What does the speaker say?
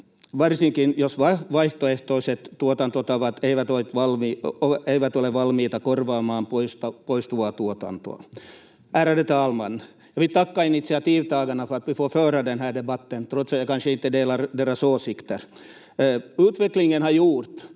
varsinkaan jos vaihtoehtoiset tuotantotavat eivät ole valmiita korvaamaan poistuvaa tuotantoa. Ärade talman! Jag vill tacka initiativtagarna för att vi får föra den här debatten, trots att jag kanske inte delar deras åsikter. Utvecklingen har gjort